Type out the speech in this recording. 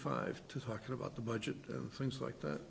five to talk about the budget and things like that